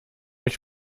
ich